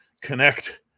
connect